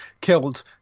killed